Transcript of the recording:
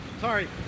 sorry